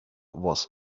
was